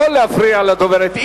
לא להפריע לדוברת.